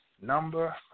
number